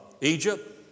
Egypt